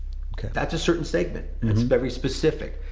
that's a certain segment that's very specific.